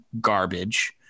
garbage